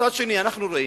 מצד שני, אנחנו רואים,